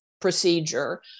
procedure